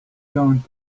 going